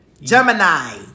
Gemini